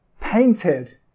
painted